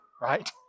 right